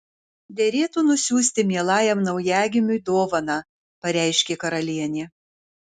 derėtų nusiųsti mielajam naujagimiui dovaną pareiškė karalienė